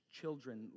children